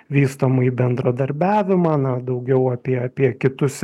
vystomąjį bendradarbiavimą na daugiau apie apie kitus